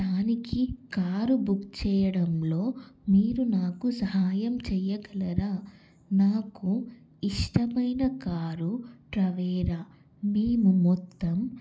దానికి car book చేయడంలో మీరు నాకు సహాయం చేయగలరా నాకు ఇష్టమైన కారు టవేరా మేము మొత్తం